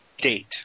date